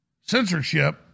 censorship